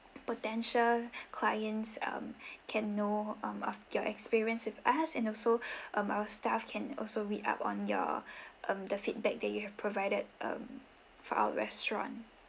potential clients um can know um of your experience with us and also um our staff can also read up on your um the feedback that you have provided um for our restaurant